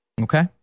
Okay